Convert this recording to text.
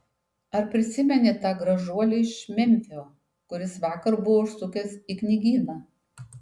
ar prisimeni tą gražuolį iš memfio kuris vakar buvo užsukęs į knygyną